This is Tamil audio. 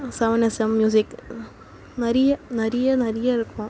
செவன் எஸ் செவன் மியூசிக் நிறைய நிறைய நிறைய இருக்கும்